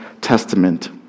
Testament